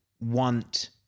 want